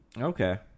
Okay